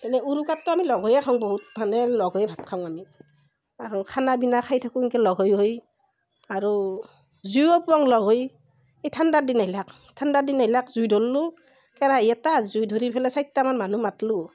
এনে উৰুকাতটো আমি লগ হৈয়ে খাওঁ বহুত মানে লগ হৈয়ে ভাত খাওঁ আমি আৰু খানা পিনা খাই থাকোঁ এনেকৈ লগ হৈ হৈ আৰু জুইও ফুৱাওঁ লগ হৈ এই ঠাণ্ডাৰ দিন আহিলাক ঠাণ্ডাৰ দিন আহিলাক জুই ধৰিলোঁ কেৰাহী এটা জুই ধৰি পেলাই চাৰিটামান মানুহ মাতিলোঁ